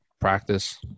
practice